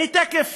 אני תכף